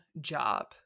job